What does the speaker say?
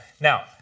Now-